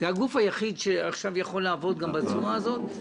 הגוף היחיד שעכשיו יכול גם לעבוד בצורה הזאת,